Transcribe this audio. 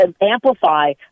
amplify